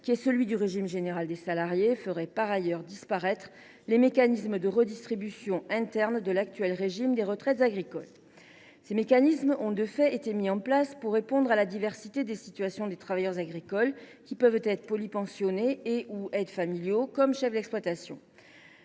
qui est celui du régime général des salariés, ferait, par ailleurs, disparaître les mécanismes de redistribution interne de l’actuel régime des retraites agricoles. Ces mécanismes ont, de fait, été mis en place pour répondre à la diversité des situations des travailleurs agricoles, qui peuvent être polypensionnés, aides familiaux ou chefs d’exploitation.